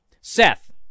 Seth